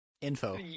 Info